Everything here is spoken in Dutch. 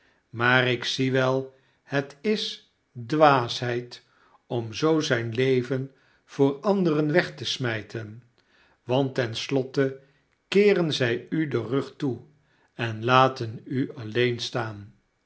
maar ik zie wel het is dwaasheid om zoo zijn leven voor anderen weg te smijten want ten slotte keeren zij u den rug toe en laten u alleen